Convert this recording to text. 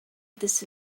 this